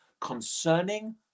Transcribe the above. concerning